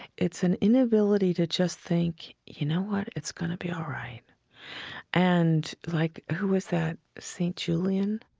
it's an inability to just think, you know what? it's going to be all right and, like, who was that, st. julian?